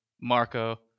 Marco